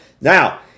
Now